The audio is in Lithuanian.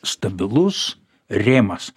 stabilus rėmas